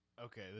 Okay